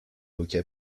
hockey